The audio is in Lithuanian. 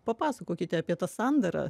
papasakokite apie tą sandarą